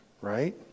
right